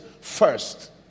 first